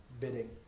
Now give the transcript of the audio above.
bidding